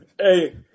Hey